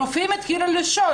הרופאים התחילו לשאול,